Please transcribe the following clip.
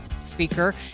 Speaker